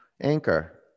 anchor